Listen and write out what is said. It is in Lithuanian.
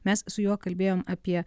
mes su juo kalbėjom apie